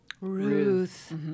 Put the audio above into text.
Ruth